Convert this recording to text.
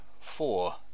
four